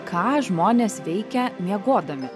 ką žmonės veikia miegodami